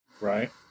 Right